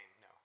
no